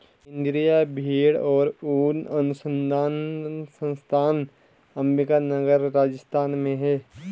केन्द्रीय भेंड़ और ऊन अनुसंधान संस्थान अम्बिका नगर, राजस्थान में है